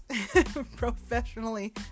professionally